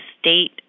state